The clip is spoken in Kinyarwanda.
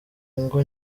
ingo